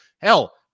hell